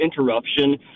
interruption